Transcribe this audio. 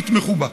שיתמכו בה,